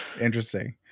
interesting